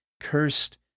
cursed